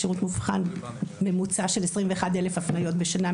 לשירות מבחן ממוצע של 21,000 הפניות בשנה,